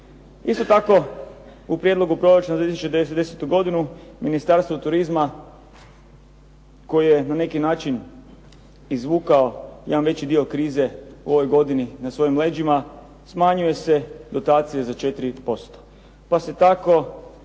Isto tako, u prijedlogu proračuna za 2010. godinu Ministarstvo turizma koje je na neki način izvukao jedan veći dio krize u ovoj godini na svojim leđima smanjuje se dotacija za 4%